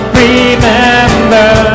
remember